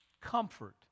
comfort